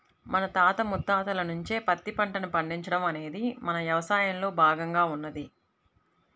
మన తాత ముత్తాతల నుంచే పత్తి పంటను పండించడం అనేది మన యవసాయంలో భాగంగా ఉన్నది